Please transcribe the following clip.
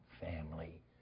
family